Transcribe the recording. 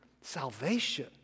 Salvation